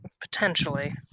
Potentially